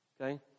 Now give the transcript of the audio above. okay